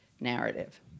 narrative